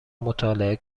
مطالعه